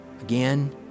again